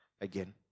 again